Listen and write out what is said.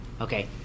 Okay